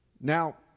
Now